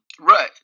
Right